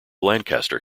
lancaster